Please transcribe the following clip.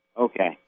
Okay